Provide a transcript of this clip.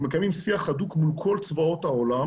אנחנו מקיימים שיח הדוק מול כל צבאות העולם